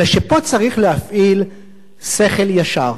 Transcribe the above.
אלא שפה צריך להפעיל שכל ישר,